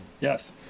Yes